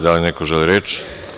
Da li neko želi reč?